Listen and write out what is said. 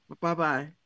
Bye-bye